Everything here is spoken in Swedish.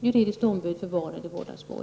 juridiskt ombud för barnen i vårdnadsmål.